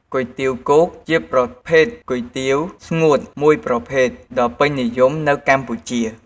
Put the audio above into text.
គុយទាវគោកជាប្រភេទគុយទាវស្ងួតមួយប្រភេទដ៏ពេញនិយមនៅកម្ពុជា។